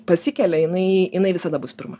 pasikelia jinai jinai visada bus pirma